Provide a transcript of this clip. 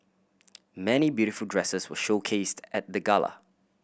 many beautiful dresses were showcased at the gala